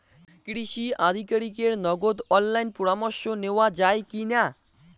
কৃষি আধিকারিকের নগদ অনলাইন পরামর্শ নেওয়া যায় কি না?